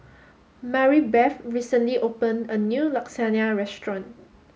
Maribeth recently open a new Lasagna restaurant